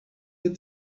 that